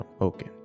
Okay